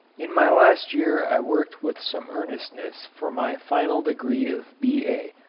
in my last year i worked with some earnestness for my final degree of b a,